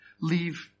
leave